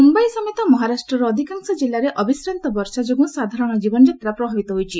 ମ୍ନମ୍ଘାଇ ରେନ୍ ମୁମ୍ୟାଇ ସମେତ ମହାରାଷ୍ଟ୍ରର ଅଧିକାଂଶ ଜିଲ୍ଲାରେ ଅବିଶ୍ରାନ୍ତ ବର୍ଷା ଯୋଗୁଁ ସାଧାରଣ କୀବନଯାତ୍ରା ପ୍ରଭାବିତ ହୋଇଛି